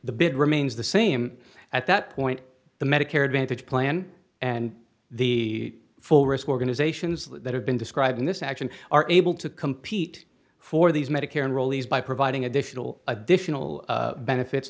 bid remains the same at that point the medicare advantage plan and the full risk organizations that have been described in this action are able to compete for these medicare rowley's by providing additional additional benefits